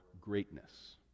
greatness